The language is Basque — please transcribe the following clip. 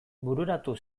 bururatu